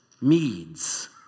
Medes